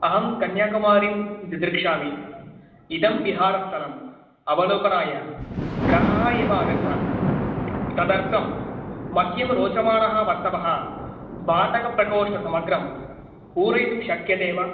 अहं कन्याकुमारीं दिदृक्षामि इदं बिहारस्थलम् अवलोकनाय राहः एव आगच्छामि तदर्थं मह्यं रोचमाणः वत्सवः भाटकप्रकोष्ठं समग्रं पूरयितुं शक्यते वा